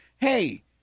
hey